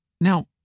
Now